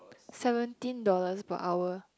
seventeen dollars per hour